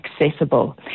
accessible